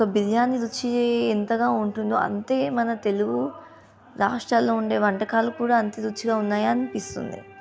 ఒక బిర్యానీ రుచి ఎంతగా ఉంటుందో అంతే మన తెలుగు రాష్ట్రాలలో ఉండే వంటకాలు కూడా అంత రుచిగా ఉన్నాయా అనిపిస్తుంది